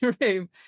room